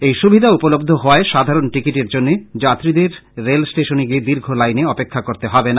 এই সুবিধা উপলব্ধ হওয়ায় সাধারণ টিকিটের জন্য যাত্রীদের রেলষ্টেশনে গিয়ে দীর্ঘ লাইনে অপেক্ষা করতে হবে না